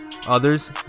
Others